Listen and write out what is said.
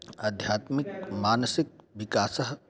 आध्यात्मिकः मानसिकः विकासः